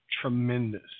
tremendous